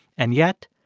and yet,